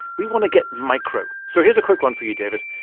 we want to get micro. so here's a quick one for you, david.